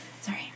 Sorry